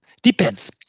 Depends